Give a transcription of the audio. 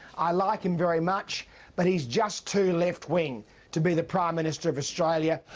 i like him very much but he's just too left-wing to be the prime minister of australia.